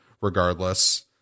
regardless